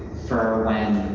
for when,